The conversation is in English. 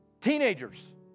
Teenagers